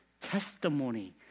testimony